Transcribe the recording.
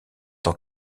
tant